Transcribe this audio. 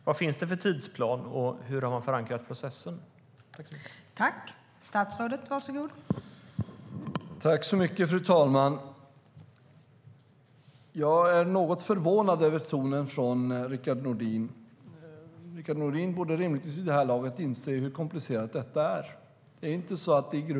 Vad finns det för tidsplan, och hur har man förankrat processen?